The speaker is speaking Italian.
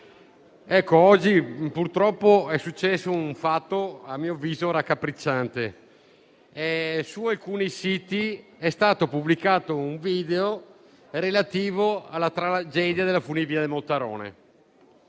Oggi purtroppo è successo un fatto a mio avviso raccapricciante: su alcuni siti è stato pubblicato un video relativo alla tragedia della funivia del Mottarone,